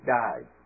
died